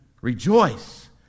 Rejoice